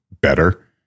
better